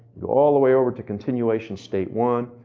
go all the way over to continuation state one.